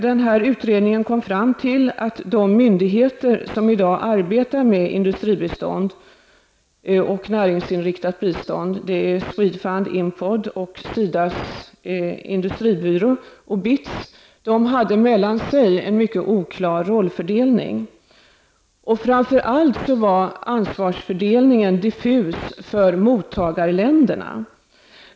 Den här utredningen kom fram till att de myndigheter som i dag arbetar med industribistånd och näringsinriktat bistånd -- BITS -- hade mellan sig en mycket oklar rollfördelning. Framför allt var ansvarsfördelningen diffus för mottagarländerna.